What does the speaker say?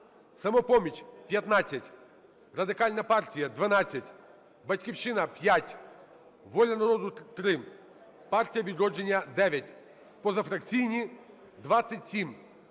"Самопоміч" – 15, Радикальна партія – 12, "Батьківщина" – 5, "Воля народу" – 3, "Партія "Відродження" – 9, позафракційні – 27.